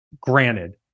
Granted